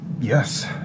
Yes